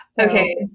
Okay